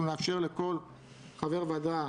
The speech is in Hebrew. אנחנו נאפשר לכל חבר ועדה